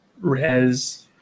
res